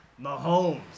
Mahomes